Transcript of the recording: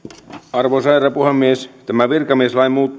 arvoisa herra puhemies tämä virkamieslain